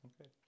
okay